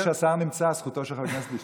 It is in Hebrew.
גם כשהשר נמצא, זכותו של חבר הכנסת לשתוק.